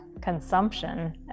consumption